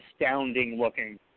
astounding-looking